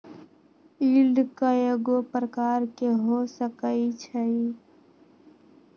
yield कयगो प्रकार के हो सकइ छइ